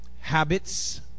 habits